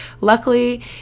luckily